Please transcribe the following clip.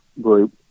group